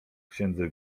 księdze